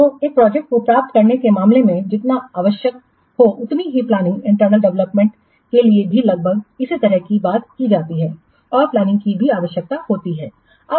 तो एक प्रोजेक्ट को प्राप्त करने के मामले में जितना आवश्यक हो उतनी ही प्लानिंग इंटरनल डेवलपमेंट के लिए भी लगभग इसी तरह की बात की जाती है और प्लानिंग की भी आवश्यकता होती है